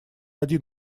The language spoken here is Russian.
один